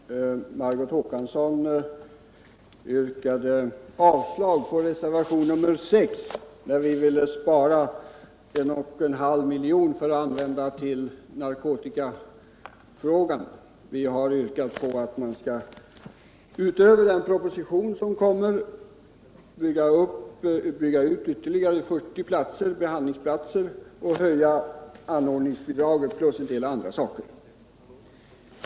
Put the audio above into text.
Herr talman! Margot Håkansson yrkade avslag på reservationen 6, där vi vill spara 1,5 milj.kr. för att använda dem på narkotikaområdet; vi har yrkat på att man, utöver vad som föreslås i den proposition som kommer, skall bygga ut 40 behandlingsplatser och höja anordningsbidraget plus en del andra saker.